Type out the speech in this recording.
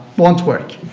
won't work.